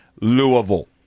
Louisville